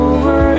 Over